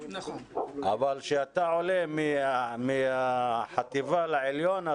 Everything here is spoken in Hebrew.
אבל כשאתה עולה מהחטיבה לעליון,